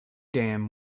dam